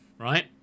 right